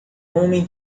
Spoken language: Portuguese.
homem